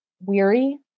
weary